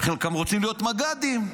חלק רוצים להיות מג"דים,